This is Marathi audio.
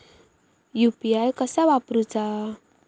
यू.पी.आय कसा वापरूचा?